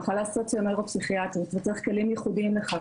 מחלה סוציו נוירו-פסיכיאטרית וצריך כלים ייחודיים לכך.